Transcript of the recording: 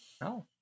no